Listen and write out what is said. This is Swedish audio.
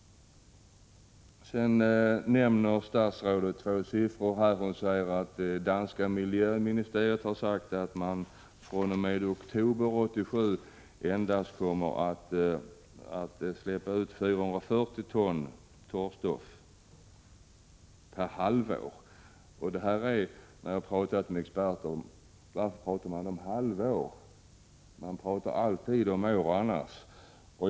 Statsrådet nämner två siffror i svaret. Hon säger att danska miljöministeriet har sagt att man fr.o.m. oktober 1987 endast kommer att släppa ut 440 ton torrstoff per halvår. Varför pratar man om halvår? Man pratar alltid om år annars.